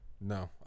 No